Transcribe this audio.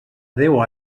deu